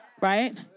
right